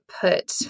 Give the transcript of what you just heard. put